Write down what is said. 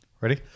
Ready